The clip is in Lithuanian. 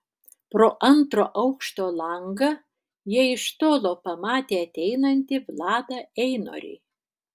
pro antro aukšto langą jie iš tolo pamatė ateinantį vladą einorį